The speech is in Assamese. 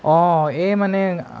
অঁ এই মানে